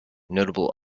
notable